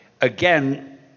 Again